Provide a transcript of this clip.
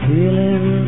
Feeling